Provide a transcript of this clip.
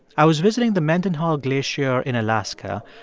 i was visiting the mendenhall glacier in alaska.